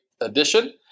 edition